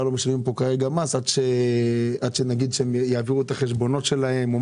לא משלמים כאן כרגע מס עד שיעבירו את החשבונות שלהם.